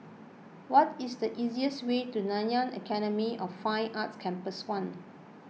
what is the easiest way to Nanyang Academy of Fine Arts Campus one